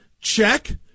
check